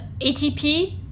ATP